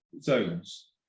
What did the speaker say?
zones